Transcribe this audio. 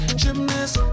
gymnast